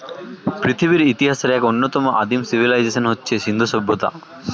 পৃথিবীর ইতিহাসের এক অন্যতম আদিম সিভিলাইজেশন হচ্ছে সিন্ধু সভ্যতা